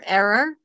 error